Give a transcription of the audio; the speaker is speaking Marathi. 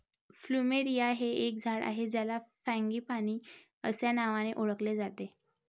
प्लुमेरिया हे एक झाड आहे ज्याला फ्रँगीपानी अस्या नावानी ओळखले जाते